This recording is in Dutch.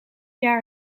jaar